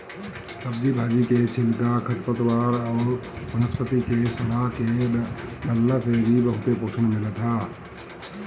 सब्जी भाजी के छिलका, खरपतवार अउरी वनस्पति के सड़आ के डालला से भी बहुते पोषण मिलत ह